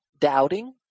doubting